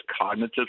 cognitive